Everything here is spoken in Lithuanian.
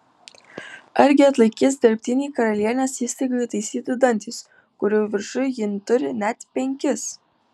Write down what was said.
argi atlaikys dirbtiniai karalienės įstaigų įtaisyti dantys kurių viršuj ji turi net penkis